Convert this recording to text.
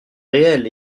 réel